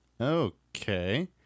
Okay